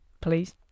Please